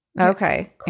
okay